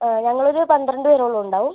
ആ ഞങ്ങളൊരു പന്ത്രണ്ട് പേരോളം ഉണ്ടാവും